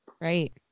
Right